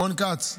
רון כץ,